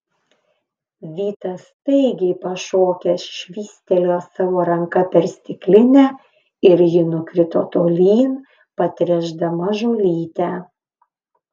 vytas staigiai pašokęs švystelėjo savo ranka per stiklinę ir ji nukrito tolyn patręšdama žolytę